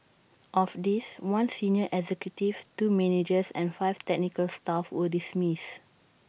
of these one senior executive two managers and five technical staff were dismissed